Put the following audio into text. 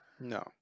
No